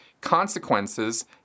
consequences